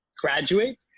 graduate